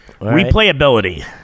Replayability